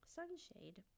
Sunshade